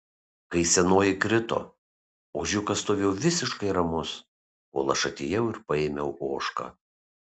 kai senoji krito ožiukas stovėjo visiškai ramus kol aš atėjau ir paėmiau ožką